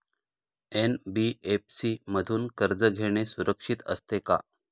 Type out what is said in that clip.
NBFC मधून कर्ज घेणे सुरक्षित असते का?